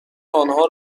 آنها